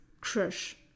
crush